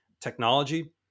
technology